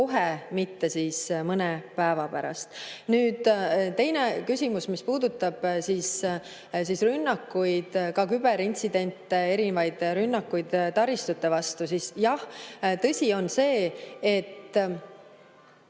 mitte mõne päeva pärast. Nüüd, teine küsimus, mis puudutab rünnakuid, ka küberintsidente, rünnakuid taristute vastu. Jah, tõsi on see, et